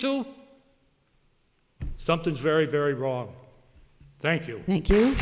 to something very very wrong thank you i thank you